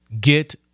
Get